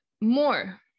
more